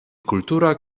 kultura